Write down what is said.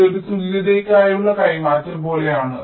ഇത് ഒരു തുല്യതയ്ക്കായുള്ള കൈമാറ്റം പോലെയാണ്